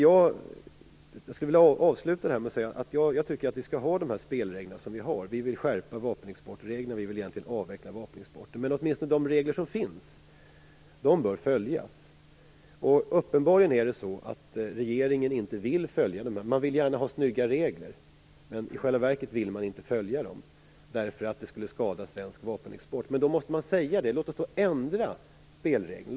Jag skulle vilja avsluta debatten med att säga att jag tycker att vi skall ha de spelregler vi har. Vi vill skärpa vapenexportreglerna och vill egentligen avveckla vapenexporten. Men åtminstone de regler som finns bör följas. Det är uppenbarligen så att regeringen inte vill följa dem. Man vill gärna ha snygga regler, men i själva verket vill man inte följa dem, därför att det skulle skada svensk vapenexport. Men då måste man säga det. Låt oss då ändra spelreglerna!